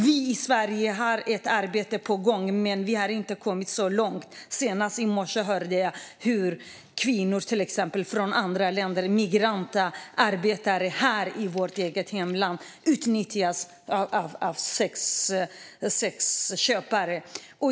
Vi i Sverige har ett arbete på gång, men vi har inte kommit så långt. Senast i morse hörde jag att kvinnor från andra länder, migrantarbetare här i vårt eget land, utnyttjas av sexköpare.